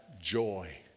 joy